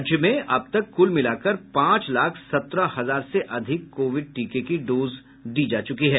राज्य में अब तक कुल मिलाकर पांच लाख सत्रह हजार से अधिक कोविड टीके की डोज दी जा चुकी है